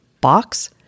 box